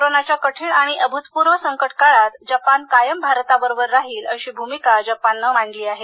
कोरोनाच्या कठीण आणि अभूतपुर्व संकटकाळात जपान कायम भारताबरोबर राहिल अशी भूमिका जपानने मांडली आहे